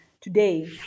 today